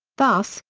thus,